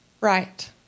Right